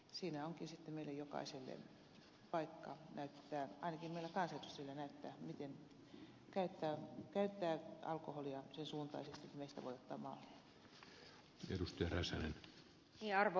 siinä onkin sitten meillä jokaisella ainakin meillä kansanedustajilla paikka näyttää miten käyttää alkoholia sen suuntaisesti että meistä voi ottaa mallia